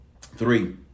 three